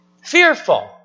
fearful